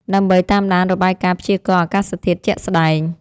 ដើម្បីតាមដានរបាយការណ៍ព្យាករណ៍អាកាសធាតុជាក់ស្ដែង។